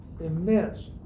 immense